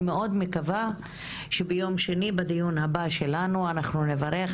אני מאוד מקווה שביום שני בדיון הבא שלנו בוועדה הזו אנחנו נוכל לברך